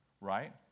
Right